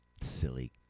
Silly